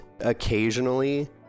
occasionally